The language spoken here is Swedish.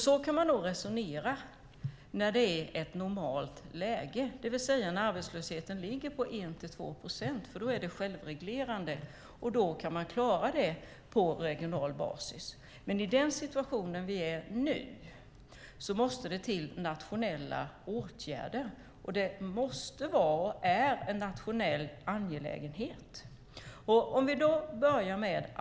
Så kan man nog resonera i ett normalt läge, det vill säga när arbetslösheten ligger på 1-2 procent, för då är det självreglerande. Då kan man klara det på regional basis. Men i den situation vi är i nu måste det till nationella åtgärder, och det måste vara en nationell angelägenhet.